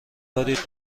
دارید